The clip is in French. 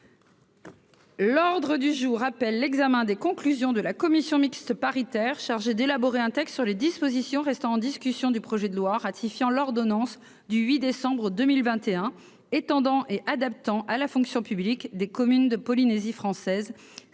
L'ordre du jour appelle l'examen des conclusions de la commission mixte paritaire chargée d'élaborer un texte sur les dispositions restant en discussion du projet de loi ratifiant l'ordonnance n° 2021-1605 du 8 décembre 2021 étendant et adaptant à la fonction publique des communes de Polynésie française